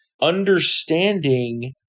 Understanding